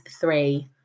three